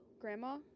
Grandma